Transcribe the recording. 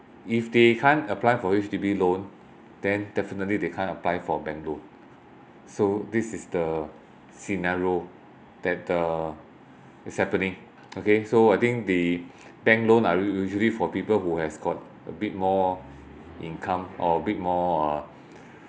if they can't apply for H_D_B loan then definitely they can't apply for bank loan so this is the scenario that uh is happening okay so I think the bank loan are usu~ usually for people who has got a bit more income or a bit more uh